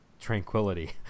tranquility